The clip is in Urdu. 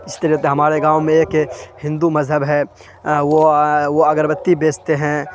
اس طرح سے ہمارے گاؤں میں ایک ہندو مذہب ہے وہ وہ اگربتی بیچتے ہیں